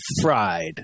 fried